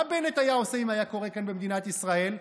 מה בנט היה עושה אם היה קורה כאן, במדינת ישראל?